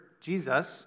Jesus